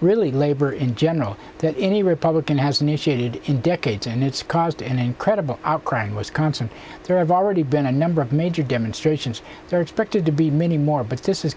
really labor in general that any republican has initiated in decades and it's caused an incredible are crying wisconsin there are already been a number of major demonstrations there are expected to be many more but this is